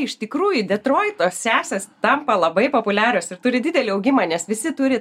iš tikrųjų detroito sesės tampa labai populiarios ir turi didelį augimą nes visi turi